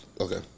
Okay